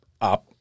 up